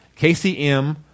KCM